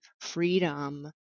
freedom